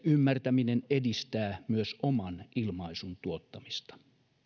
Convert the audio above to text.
ymmärtäminen edistää myös oman ilmaisun tuottamista